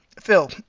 Phil